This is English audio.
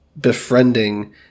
befriending